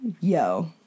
Yo